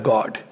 God